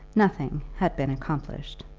nothing had been accomplished.